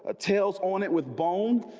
ah tails on it with bones